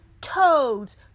toads